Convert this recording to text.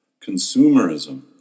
Consumerism